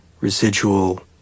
residual